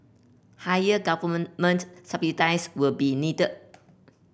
higher government subsidies would be needed